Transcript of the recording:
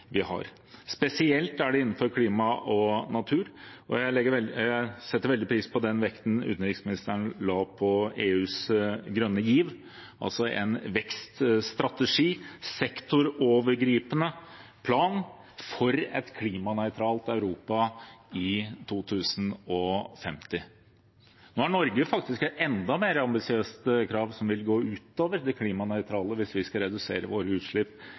vi har. Spesielt gjelder det innenfor klima og natur, og jeg setter veldig pris på den vekten utenriksministeren la på EUs grønne giv, altså en vekststrategi, en sektorovergripende plan for et klimanøytralt Europa i 2050. Nå har Norge faktisk et enda mer ambisiøst krav, som vil gå ut over det klimanøytrale hvis vi skal redusere våre utslipp